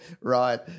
right